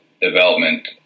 development